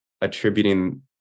attributing